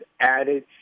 added